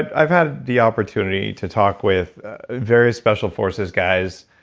i've had the opportunity to talk with various special forces guys,